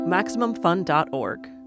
MaximumFun.org